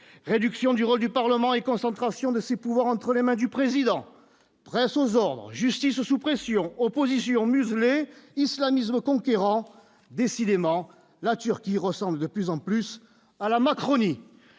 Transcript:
réduction du rôle du Parlement et concentration de ses pouvoirs entre les mains du président presse aux ordres justice sous pression, opposition muselée islamisme conquérant décidément la Turquie ressemblent de plus en plus à la macronie